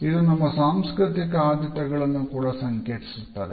ಇದು ನಮ್ಮ ಸಾಂಸ್ಕೃತಿಕ ಆದ್ಯತೆಗಳನ್ನು ಕೂಡ ಸಂಕೇತಿಸುತ್ತದೆ